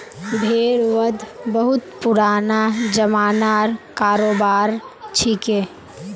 भेड़ वध बहुत पुराना ज़मानार करोबार छिके